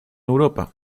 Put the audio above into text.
europa